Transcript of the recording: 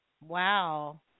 Wow